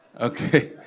Okay